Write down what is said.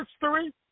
history